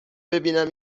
ببینم